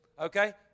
okay